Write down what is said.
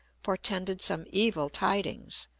portended some evil tidings,